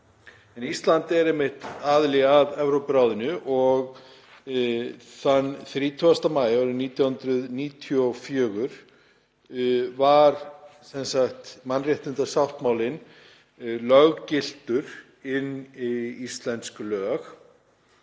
Ísland er einmitt aðili að Evrópuráðinu og þann 30. maí árið 1994 var mannréttindasáttmálinn löggiltur inn í íslensk lög